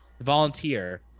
Volunteer